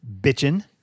Bitchin